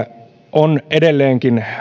on edelleenkin